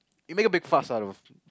you make a big fuss out of